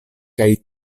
kaj